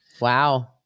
Wow